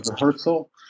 rehearsal